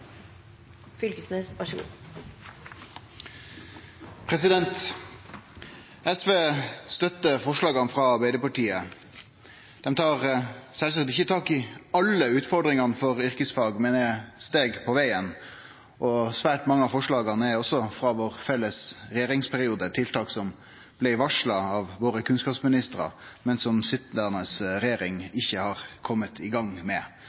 SV støtter forslaga frå Arbeidarpartiet. Dei tar sjølvsagt ikkje tak i alle utfordringane for yrkesfag, men er eit steg på vegen. Svært mange av forslaga er også frå vår felles regjeringsperiode, tiltak som blei varsla av våre kunnskapsministrar, men som den sitjande regjeringa ikkje har kome i gang med,